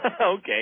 Okay